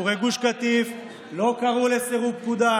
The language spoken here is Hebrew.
עקורי גוש קטיף לא קראו לסירוב פקודה,